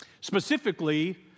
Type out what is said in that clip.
Specifically